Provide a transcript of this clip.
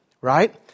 right